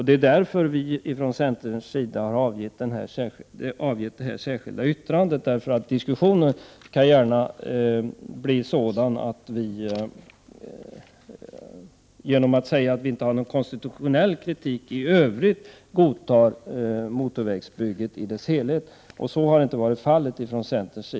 Det är därför som vi i centern har avgett ett särskilt yttrande. Diskussionen kan ju annars lätt bli sådan att man kan tro att motorvägsbygget i sin helhet godtas på grund av uttalanden om att det inte finns någon konstitutionell kritik i övrigt.